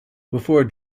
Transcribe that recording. before